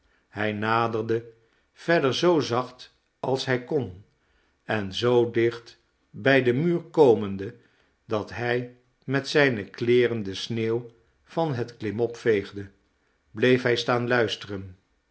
hij naderde verder zoo zacht als hij kon en zoo dicht bij den muur komende dat hij met zijne kleeren de sneeuw van het klimop veegde bleef hij staan luisteren